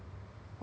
you wanna guess